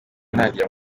nagera